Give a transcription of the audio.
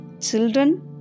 children